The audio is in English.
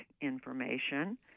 information